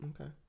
Okay